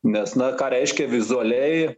nes na ką reiškia vizualiai